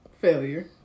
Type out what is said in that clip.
failure